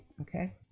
okay